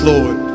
Lord